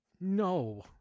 no